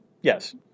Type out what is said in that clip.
yes